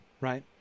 right